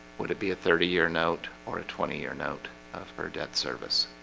would it be a thirty year note or a twenty year note of her debt service?